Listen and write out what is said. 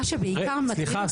מה שבעיקר מטריד אותי --- סליחה,